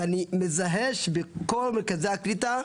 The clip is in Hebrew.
ואני מזהה שבכל מרכזי הלקיטה,